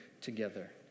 together